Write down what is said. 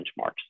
benchmarks